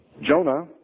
Jonah